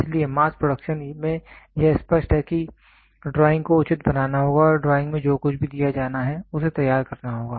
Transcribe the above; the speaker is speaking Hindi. इसलिए मास प्रोडक्शन में यह स्पष्ट है कि ड्राइंग को उचित बनाना होगा और ड्राइंग में जो कुछ भी दिया जाना है उसे तैयार करना होगा